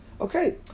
Okay